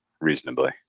Reasonably